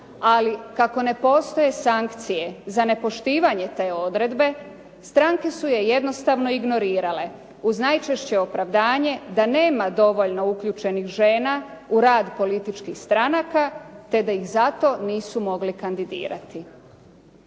ali kako ne postoje sankcije za nepoštivanje te odredbe stranke su je jednostavno ignorirale uz najčešće opravdanje da nema dovoljno uključenih žena u rad političkih stranaka te da ih zato nisu mogli kandidirati.